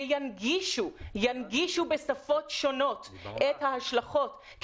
וינגישו בשפות שונות את ההשלכות,